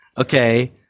Okay